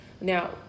Now